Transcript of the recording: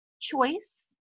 choice